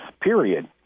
period